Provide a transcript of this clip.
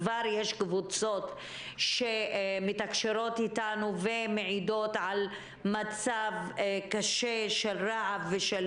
כבר יש קבוצות שמתקשרות איתנו ומעידות על מצב רעב קשה ועל